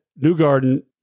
Newgarden